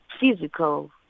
physical